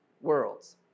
worlds